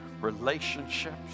relationships